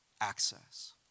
access